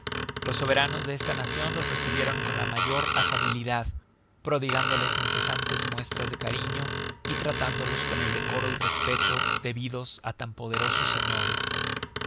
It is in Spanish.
los soberanos de esta nacion los recibieron con la mayor afabilidad prodigndoles incesantes muestras de cariño y tratándolos con el decoro y respeto debidos á tan poderosos señores